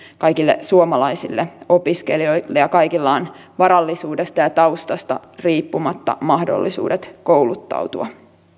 kaikille suomalaisille opiskelijoille ja kaikilla on varallisuudesta ja ja taustasta riippumatta mahdollisuudet kouluttautua